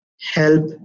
help